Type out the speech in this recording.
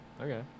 Okay